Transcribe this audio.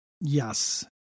Yes